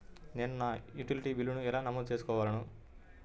నేను నా యుటిలిటీ బిల్లులను ఎలా నమోదు చేసుకోగలను?